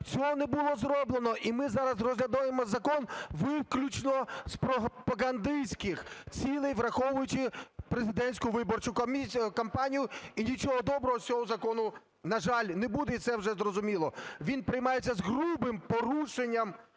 цього не було зроблено. І ми зараз розглядаємо закон виключно з пропагандистських цілей, враховуючи президентську виборчу кампанію, і нічого доброго з цього закону, на жаль, не буде, і це вже зрозуміло. Він приймається з грубим порушенням